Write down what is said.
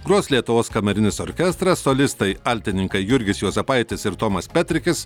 gros lietuvos kamerinis orkestras solistai altininkai jurgis juozapaitis ir tomas petrikis